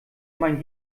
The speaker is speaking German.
mein